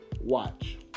watch